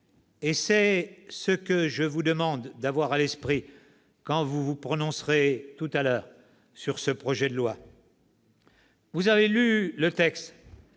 C'est ce que je vous demande d'avoir à l'esprit quand vous vous prononcerez tout à l'heure sur ce projet de loi. Vous avez lu le texte